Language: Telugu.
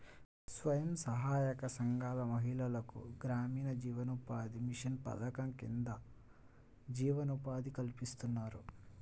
స్వయం సహాయక సంఘాల మహిళలకు గ్రామీణ జీవనోపాధి మిషన్ పథకం కింద జీవనోపాధి కల్పిస్తున్నారు